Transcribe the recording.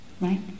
right